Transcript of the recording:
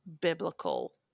biblical